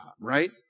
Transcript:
right